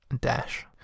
dash